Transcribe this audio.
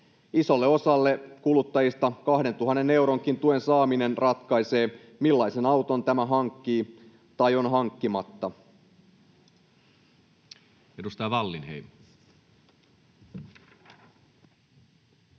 Isolle osalle kuluttajista 2 000 euronkin tuen saaminen ratkaisee, millaisen auton tämä hankkii tai on hankkimatta. Edustaja Wallinheimo.